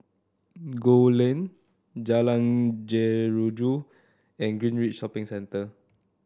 Gul Lane Jalan Jeruju and Greenridge Shopping Centre